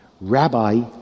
Rabbi